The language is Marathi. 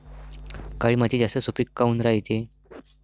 काळी माती जास्त सुपीक काऊन रायते?